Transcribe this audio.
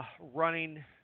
running